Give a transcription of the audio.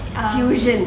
fusion